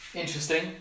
interesting